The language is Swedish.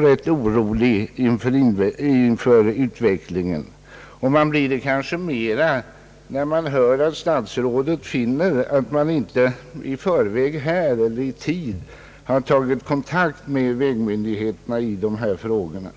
mer orolig för utvecklingen, när man nu får höra att statsrådet anser att vägmyndigheterna inte kontaktats i tid i dessa frågor.